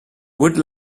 would